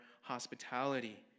hospitality